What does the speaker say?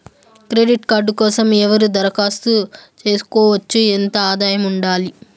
Credit card కోసం ఎవరు దరఖాస్తు చేసుకోవచ్చు? ఎంత ఆదాయం ఉండాలి?